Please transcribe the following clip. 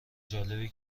جالبی